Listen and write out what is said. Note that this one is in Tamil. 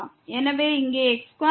எனவே இங்கே x2y2